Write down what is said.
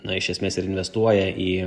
na iš esmės ir investuoja į